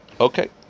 Okay